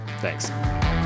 Thanks